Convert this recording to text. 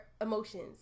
emotions